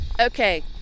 Okay